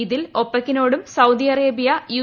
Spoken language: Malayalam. ഇതിൽ ഒപെകിനോടും സൌദി അറേബൃ യു